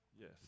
yes